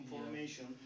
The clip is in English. information